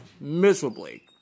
miserably